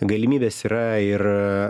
galimybės yra ir